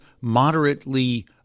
moderately